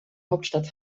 hauptstadt